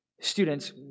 Students